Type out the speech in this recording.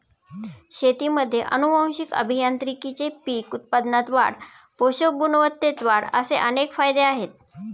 शेतीमध्ये आनुवंशिक अभियांत्रिकीचे पीक उत्पादनात वाढ, पोषक गुणवत्तेत वाढ असे अनेक फायदे आहेत